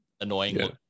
annoying